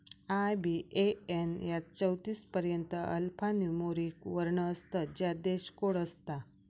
IBAN यात चौतीस पर्यंत अल्फान्यूमोरिक वर्ण असतत ज्यात देश कोड असता